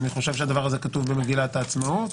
אני חושב שהדבר הזה כתוב במגילת העצמאות.